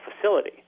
facility